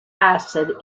acid